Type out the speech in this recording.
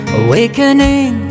awakening